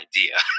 idea